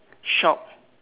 shop